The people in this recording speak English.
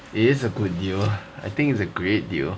it is a good deal I think it's a great deal